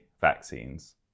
vaccines